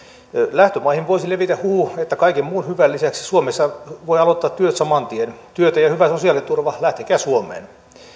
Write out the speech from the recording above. lähtömaihin voisi levitä huhu että kaiken muun hyvän lisäksi suomessa voi aloittaa työt saman tien työtä ja hyvä sosiaaliturva lähtekää suomeen